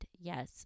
Yes